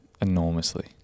enormously